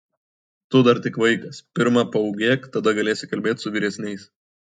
tu dar tik vaikas pirma paūgėk tada galėsi kalbėti su vyresniais